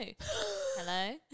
Hello